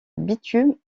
bitume